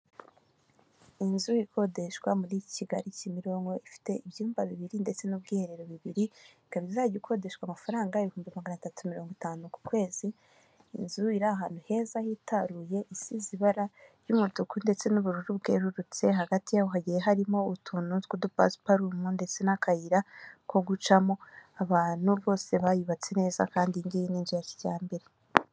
Inzu ikodeshwa muri Kigali Kimironko ifite ibyumba bibiri ndetse n'ubwiherero bibiri ikaba izajya ikodeshwa amafaranga ibihumbi magana atatu mirongo itanu ku kwezi, inzu iri ahantu heza hitaruye isize ibara ry'umutuku ndetse n'ubururu bwerurutse, hagati ya hagiye harimo utuntu tw'udupasiparumu ndetse n'akayira ko gucamo, abantu bose bayubatse neza kandi iyi ngiyi ni inzu ya kijyambere.